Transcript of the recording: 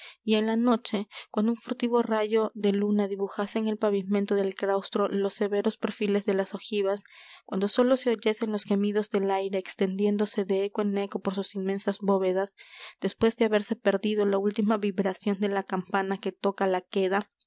y en la noche cuando un furtivo rayo de luna dibujase en el pavimento del claustro los severos perfiles de las ojivas cuando sólo se oyesen los gemidos del aire extendiéndose de eco en eco por sus inmensas bóvedas después de haberse perdido la última vibración de la campana que toca la queda